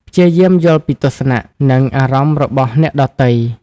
ព្យាយាមយល់ពីទស្សនៈ និងអារម្មណ៍របស់អ្នកដទៃ។